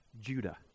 judah